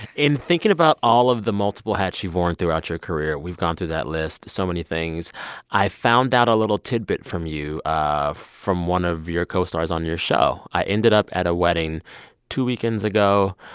in thinking about all of the multiple hats you've worn throughout your career we've gone through that list so many things i found out a little tidbit from you from one of your co-stars on your show. i ended up at a wedding two weekends ago